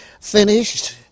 finished